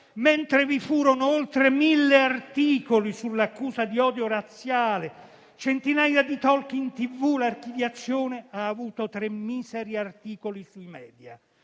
mentre vi furono oltre mille articoli sull'accusa di odio razziale e centinaia di *talk show* in televisione, l'archiviazione ha avuto tre miseri articoli sui media.